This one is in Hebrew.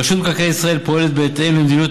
רשות מקרקעי ישראל פועלת בהתאם למדיניות